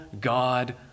God